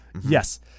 yes